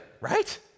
right